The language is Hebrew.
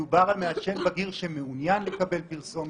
מדובר על מעשן בגיר שמעוניין לקבל פרסומת,